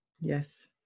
yes